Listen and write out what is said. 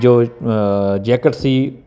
ਜੋ ਜੈਕਟ ਸੀ